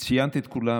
ציינת את כולם,